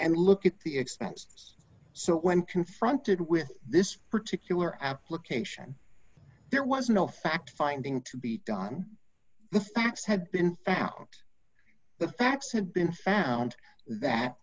and look at the expense so when confronted with this particular application there was no fact finding to be done the facts had been found out the facts had been found that